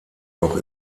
auch